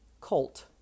Colt